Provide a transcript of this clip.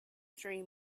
dream